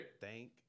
Thank